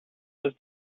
was